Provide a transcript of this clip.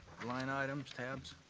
line items tabs,